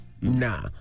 Nah